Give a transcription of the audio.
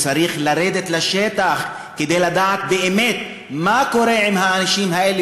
צריך לרדת לשטח כדי לדעת באמת מה קורה עם האנשים האלה,